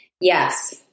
Yes